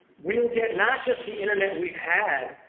we'll get not just the internet we've had,